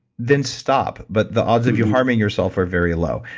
then stop, but the odds of your harming yourself are very low.